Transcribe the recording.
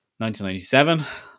1997